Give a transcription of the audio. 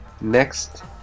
Next